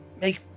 make